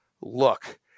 Look